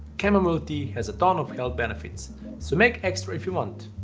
chamomile tea has a ton of health benefits so make extra if you want,